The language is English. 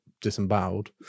disemboweled